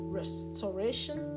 restoration